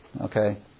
Okay